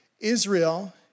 Israel